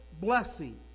blessing